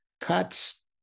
cuts